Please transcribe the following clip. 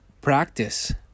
practice